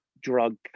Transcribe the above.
drug